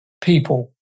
people